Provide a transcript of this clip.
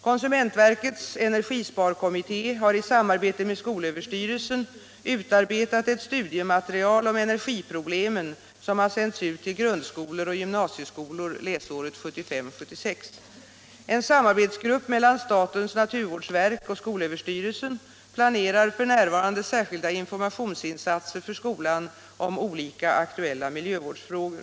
Konsumentverkets energisparkommitté har i samarbete med skolöverstyrelsen utarbetat ett studiematerial om energiproblemen, som har sänts ut till grundskolor och gymnasieskolor läsåret 1975/76. En samarbetsgrupp mellan statens naturvårdsverk och skolöverstyrel Nr 86 sen planerar f. n. särskilda informationsinsatser för skolan om olika ak Tisdagen den tuella miljövårdsfrågor.